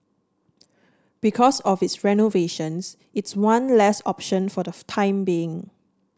because of its renovations it's one less option for the time being